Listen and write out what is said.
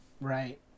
right